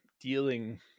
dealing